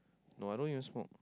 no I don't use phone